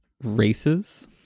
Races